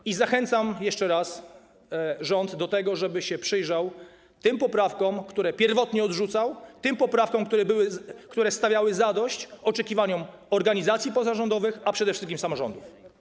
I zachęcam jeszcze raz rząd do tego, żeby się przyjrzał tym poprawkom, które pierwotnie odrzucał, tym poprawkom, które były zgłaszane, które czyniły zadość oczekiwaniom organizacji pozarządowych, a przede wszystkim samorządów.